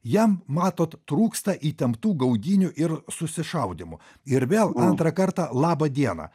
jam matot trūksta įtemptų gaudynių ir susišaudymų ir vėl antrą kartą labą dieną